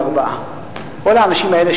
74%. כל האנשים האלה,